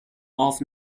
off